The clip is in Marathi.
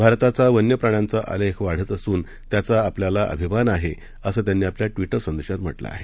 भारताचा वन्यप्राण्यांचा आलेख वाढत असून त्याचा आपल्याला अभिमान आहे असं त्यांनी आपल्या ट्विटर संदेशात म्हटलं आहे